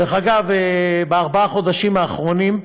דרך אגב, בארבעת החודשים האחרונים,